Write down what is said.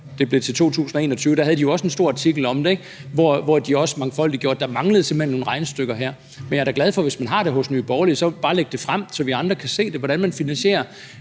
det blev til 2021, en stor artikel om det, hvor de også gjorde opmærksom på, at der simpelt hen manglede nogle regnestykker her. Men jeg er da glad for, at hvis man har det hos Nye Borgerlige, kan man bare lægge det frem, så vi andre kan se, hvordan man finansierer